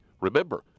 Remember